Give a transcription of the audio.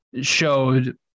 Showed